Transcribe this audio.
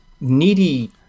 needy